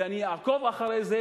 אני אעקוב אחרי זה,